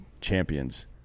champions